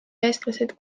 eestlased